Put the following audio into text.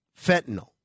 fentanyl